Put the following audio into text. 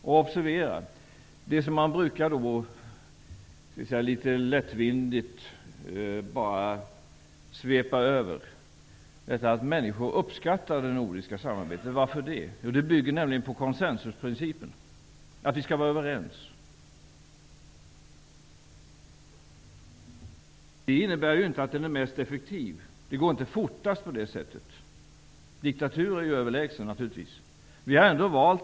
Observera det som litet lättvindigt bara brukar svepas över, att människor uppskattar det nordiska samarbetet. Varför? Jo, det bygger nämligen på koncensusprincipen, att vi skall vara överens. Det innebär emellertid inte att det är det mest effektiva. Det går inte fortast på det sättet. Diktaturer är naturligtvis i det avseendet överlägsna.